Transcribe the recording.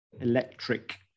electric